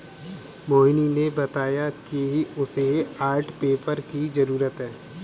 मोहिनी ने बताया कि उसे आर्ट पेपर की जरूरत है